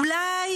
אולי